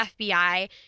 FBI